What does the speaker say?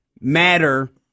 matter